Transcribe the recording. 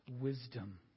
wisdom